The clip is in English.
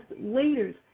leaders